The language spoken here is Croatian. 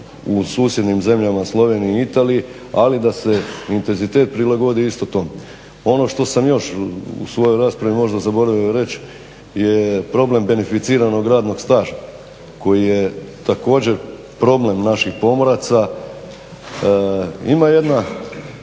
u susjednim zemljama Sloveniji i Italiji, ali da se intenzitet prilagodi isto tom. Ono što sam još u svojoj raspravi možda zaboravio reći je problem beneficiranog radnog staža koji je također problem naših pomoraca. Ima jedna